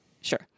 Sure